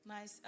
Mas